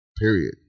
Period